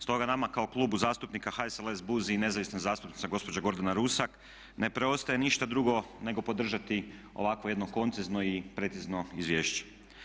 Stoga nama kao Klubu zastupnika HSLS, BUZ i nezavisna zastupnica gospođa Gordana Rusak ne preostaje ništa drugo nego podržati ovakvo jedno koncizno i precizno izvješće.